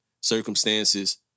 Circumstances